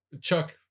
Chuck